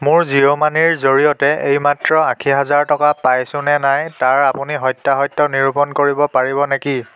মোৰ জিঅ' মানিৰ জৰিয়তে এইমাত্ৰ আশী হাজাৰ টকা পাইছোনে নাই তাৰ আপুনি সত্যাসত্য নিৰূপণ কৰিব পাৰিব নেকি